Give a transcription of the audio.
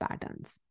patterns